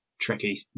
tricky